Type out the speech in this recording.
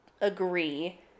agree